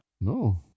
No